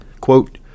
Quote